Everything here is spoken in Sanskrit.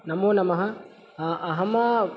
नमो नमः अहम्